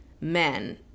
men